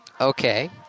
Okay